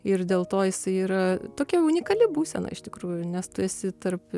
ir dėl to jisai yra tokia unikali būsena iš tikrųjų nes tu esi tarp